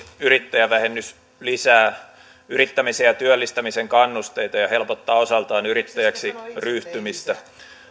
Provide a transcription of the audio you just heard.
yrittäjävähennys lisää yrittämisen ja työllistämisen kannusteita ja helpottaa osaltaan yrittäjäksi ryhtymistä